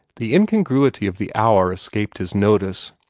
the incongruity of the hour escaped his notice.